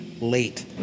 late